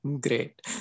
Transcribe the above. Great